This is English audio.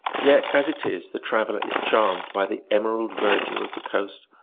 yet, as it is, the traveler is charmed by the emerald verdure of the coast,